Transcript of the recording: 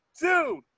dude